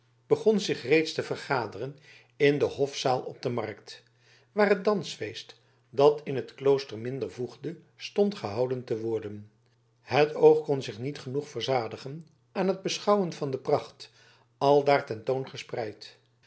begon zich reeds te vergaderen in de hofzaal op de markt waar het dansfeest dat in t klooster minder voegde stond gehouden te worden het oog kon zich niet genoeg verzadigen aan het beschouwen van de pracht aldaar ten toon gespreid